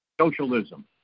socialism